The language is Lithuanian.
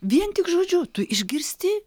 vien tik žodžiu tu išgirsti